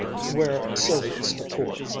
where sylvia's to pour.